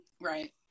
Right